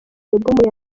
album